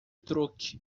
truque